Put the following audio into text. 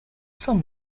some